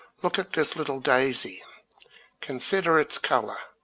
look at this little daisy consider its colour,